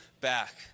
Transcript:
back